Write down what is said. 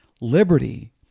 Liberty